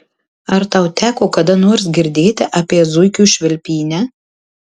ar tau teko kada nors girdėti apie zuikių švilpynę